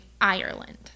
Ireland